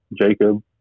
Jacob